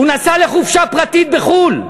הוא נסע לחופשה פרטית בחו"ל.